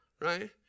Right